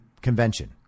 Convention